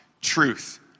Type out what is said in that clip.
truth